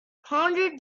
pondered